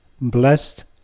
Blessed